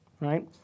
right